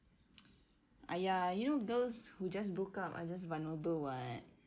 !aiya! you know girls who just broke up are just vulnerable [what]